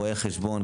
רואה חשבון,